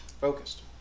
Focused